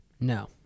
No